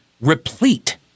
replete